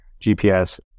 GPS